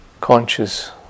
conscious